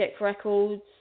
records